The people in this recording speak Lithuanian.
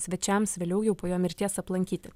svečiams vėliau jau po jo mirties aplankyti